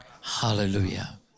Hallelujah